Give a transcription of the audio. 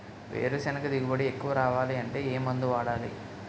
వేరుసెనగ దిగుబడి ఎక్కువ రావాలి అంటే ఏ మందు వాడాలి?